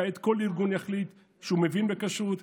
כעת כל ארגון יחליט שהוא מבין בכשרות